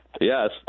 Yes